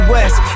West